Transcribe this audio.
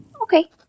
Okay